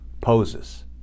poses